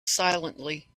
silently